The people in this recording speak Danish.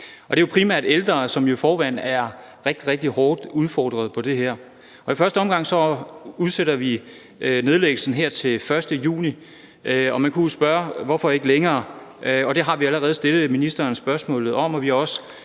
Det er jo primært ældre, som i forvejen er rigtig, rigtig hårdt udfordret på det her. I første omgang udsætter vi nedlæggelsen frem til 1. juni, og man kunne jo spørge, hvorfor det ikke skal være længere. Det har vi allerede stillet ministeren et spørgsmål om,